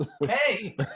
hey